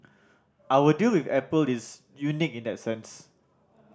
our deal with Apple is unique in that sense